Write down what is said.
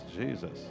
Jesus